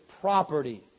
property